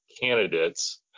candidates